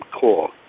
core